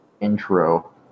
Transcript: intro